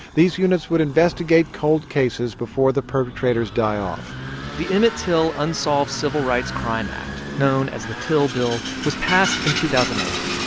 these units would investigate cold cases before the perpetrators die off the emmett till unsolved civil rights crime act, known as the till bill, was passed in two thousand and eight.